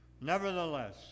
Nevertheless